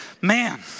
man